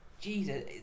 Jesus